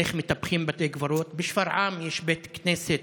איך מטפחים בית קברות, בשפרעם יש בית כנסת